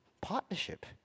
partnership